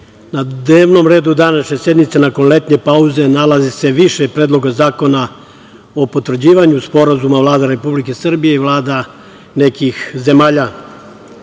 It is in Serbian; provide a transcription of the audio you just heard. na dnevnom redu današnje sednice, nakon letnje pauze, nalazi se više predloga zakona o potvrđivanju sporazuma Vlade Republike Srbije i vlada nekih zemalja. Na